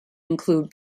include